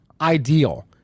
ideal